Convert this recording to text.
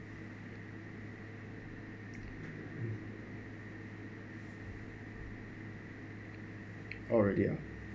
oh already ah